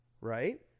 right